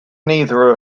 neither